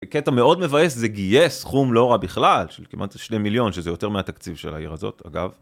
קטע מאוד מבאס זה גייס סכום לא רע בכלל של כמעט 2 מיליון שזה יותר מהתקציב של העיר הזאת אגב.